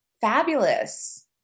Fabulous